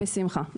בשמחה.